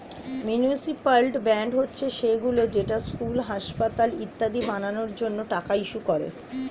municipal bond হচ্ছে সেইগুলো যেটা স্কুল, হাসপাতাল ইত্যাদি বানানোর জন্য টাকা ইস্যু করে